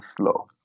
slow